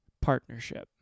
partnership